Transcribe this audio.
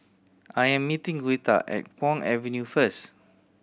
I'm meeting Greta at Kwong Avenue first